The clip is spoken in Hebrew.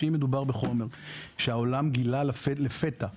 אם מדובר בחומר שהעולם גילה לפתע שהוא,